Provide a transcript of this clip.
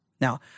Now